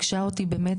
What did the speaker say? שוויוניות.